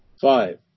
Five